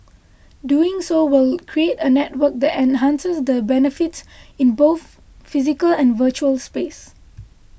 doing so will create a network that enhances the benefits in both physical and virtual space